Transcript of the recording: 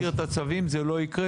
במסגרת הצווים זה לא יקרה,